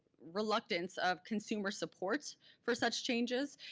reluctance of consumer support for such changes.